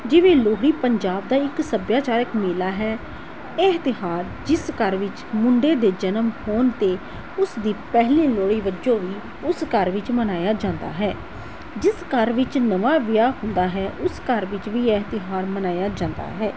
ਜਿਵੇਂ ਲੋਹੜੀ ਪੰਜਾਬ ਦਾ ਇੱਕ ਸੱਭਿਆਚਾਰਕ ਮੇਲਾ ਹੈ ਇਹ ਤਿਉਹਾਰ ਜਿਸ ਘਰ ਵਿੱਚ ਮੁੰਡੇ ਦੇ ਜਨਮ ਹੋਣ 'ਤੇ ਉਸ ਦੀ ਪਹਿਲੀ ਲੋਹੜੀ ਵੱਜੋਂ ਵੀ ਉਸ ਘਰ ਵਿੱਚ ਮਨਾਇਆ ਜਾਂਦਾ ਹੈ ਜਿਸ ਘਰ ਵਿੱਚ ਨਵਾਂ ਵਿਆਹ ਹੁੰਦਾ ਹੈ ਉਸ ਘਰ ਵਿਚ ਵੀ ਇਹ ਤਿਉਹਾਰ ਮਨਾਇਆ ਜਾਂਦਾ ਹੈ